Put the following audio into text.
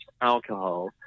alcohol